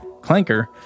Clanker